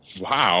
Wow